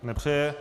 Nepřeje.